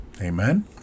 Amen